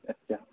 आतसा